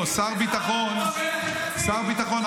לא, שר ביטחון, שר ביטחון.